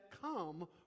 come